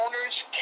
owners